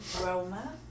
Roma